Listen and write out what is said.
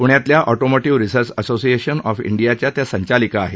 प्ण्यातल्या ऑशोमोशिव्ह research association of इंडियाच्या त्या संचालिका आहेत